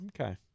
Okay